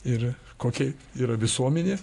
ir kokia yra visuomenė